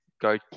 go